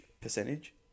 percentage